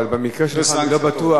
אבל במקרה שלך אני לא בטוח,